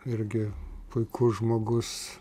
irgi puikus žmogus